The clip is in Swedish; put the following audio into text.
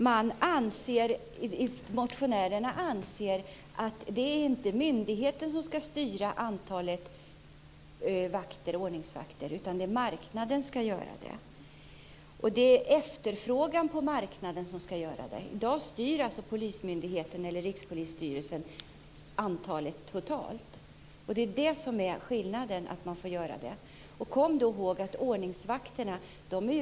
Motionärerna anser att det inte är myndigheten som ska styra antalet ordningsvakter utan det är efterfrågan på marknaden som ska göra det. I dag är det Rikspolisstyrelsen som styr det totala antalet. Det är det som är skillnaden. Kom då ihåg att vi är emot ordningsvakter.